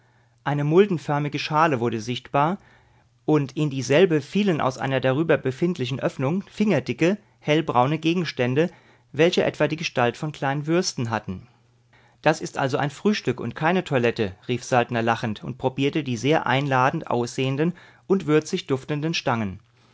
eine muldenförmige schale wurde sichtbar und in dieselbe fielen aus einer darüber befindlichen öffnung fingerdicke hellbraune gegenstände welche etwa die gestalt von kleinen würsten hatten das ist also ein frühstück und keine toilette rief saltner lachend und probierte die sehr einladend aussehenden und würzig duftenden stangen